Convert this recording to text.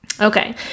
Okay